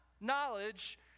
knowledge